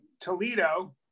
Toledo